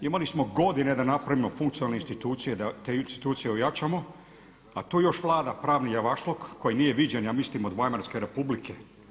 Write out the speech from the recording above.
Imali smo godine da napravimo funkcionalne institucije da te institucije ojačamo, a tu još vlada pravni javašluk koji nije viđen ja mislim od … republike.